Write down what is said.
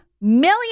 million